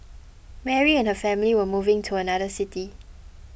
Mary and her family were moving to another city